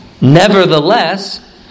Nevertheless